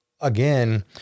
again